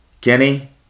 Kenny